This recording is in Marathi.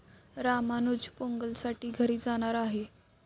रामानुज पोंगलसाठी घरी जाणार आहे